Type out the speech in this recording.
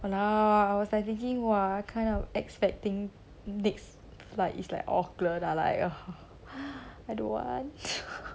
!walao! I was like thinking !wah! kind of expecting next flight is like auckland ah like err I don't want